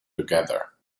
together